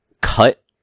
cut